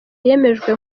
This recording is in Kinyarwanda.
yemejwe